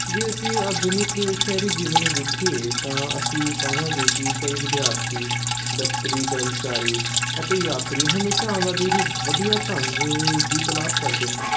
ਜੇ ਅਸੀਂ ਆਧੁਨਿਕ ਸ਼ਹਿਰੀ ਜੀਵਨ ਨੂੰ ਵੇਖੀਏ ਤਾਂ ਅਸੀਂ ਪਾਵਾਂਗੇ ਕਿ ਕਈ ਵਿਦਿਆਰਥੀ ਦਫ਼ਤਰੀ ਕਰਮਚਾਰੀ ਅਤੇ ਯਾਤਰੀ ਹਮੇਸ਼ਾ ਆਵਾਜਾਈ ਦੀ ਵਧੀਆ ਢੰਗ ਦੀ ਤਲਾਸ਼ ਕਰਦੇ ਹਨ